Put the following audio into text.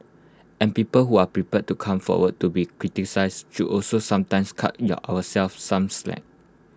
and people who are prepared to come forward to be criticised should also sometimes cut ourselves some slack